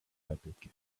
arabic